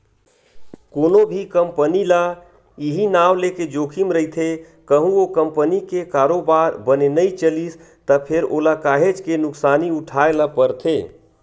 कोनो भी कंपनी ल इहीं नांव लेके जोखिम रहिथे कहूँ ओ कंपनी के कारोबार बने नइ चलिस त फेर ओला काहेच के नुकसानी उठाय ल परथे